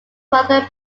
mother